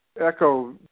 echo